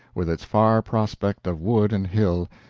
with its far prospect of wood and hill,